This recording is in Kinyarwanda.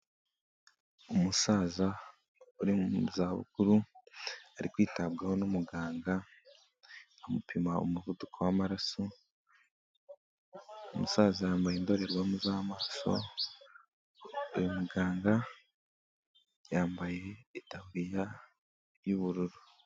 umusaza uri mu za bukuru ari kwitabwaho n'umuganga, amupima umuvuduko w'amaraso, umusaza yambaye indorerwamo z'amaso, uyu muganga yambaye itaburiya y'ubururu.